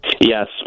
Yes